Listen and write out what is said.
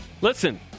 Listen